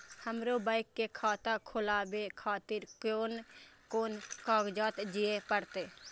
हमरो बैंक के खाता खोलाबे खातिर कोन कोन कागजात दीये परतें?